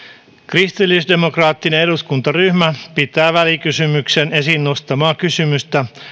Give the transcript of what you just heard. kristillisdemokraattinen eduskuntaryhmä pitää välikysymyksen esiin nostamaa kysymystä